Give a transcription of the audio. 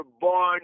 born